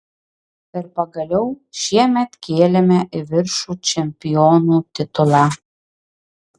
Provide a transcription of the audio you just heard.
ir pagaliau šiemet kėlėme į viršų čempionų titulą